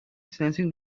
sensing